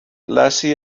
lasi